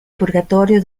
purgatorio